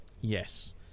Yes